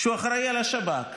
שאחראי על השב"כ,